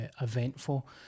eventful